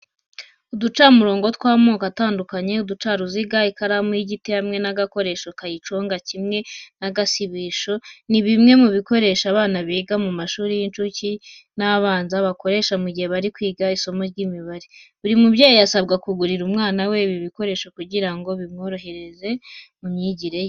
Uducamurongo tw'amoko atandukanye, uducaruziga, ikaramu y'igiti hamwe n'agakoresho kayiconga kimwe n'agasibisho. Ni bimwe mu bikoresho abana biga mu mashuri y'incuke n'abanza bakoresha mu gihe bari kwiga isomo ry'imibare. Buri mubyeyi asabwa kugurira umwana we ibi bikoresho kugira ngo bimworohereze mu myigire ye.